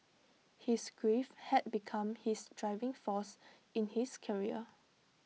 his grief had become his driving force in his career